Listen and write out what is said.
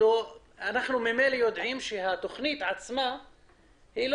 אנחנו ממילא יודעים שהתכנית עצמה לא